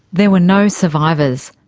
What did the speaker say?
there were no survivors.